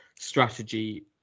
strategy